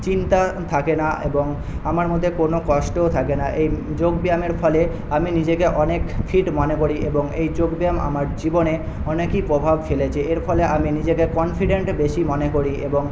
চিন্তা থাকে না এবং আমার মধ্যে কোনো কষ্টও থাকে না এই যোগব্যায়ামের ফলে আমি নিজেকে অনেক ফিট মনে করি এবং এই যোগব্যায়াম আমার জীবনে অনেকই প্রভাব ফেলেছে এর ফলে আমি নিজেকে কনফিডেন্ট বেশি মনে করি এবং